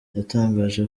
yatangaje